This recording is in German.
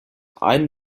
allen